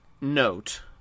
note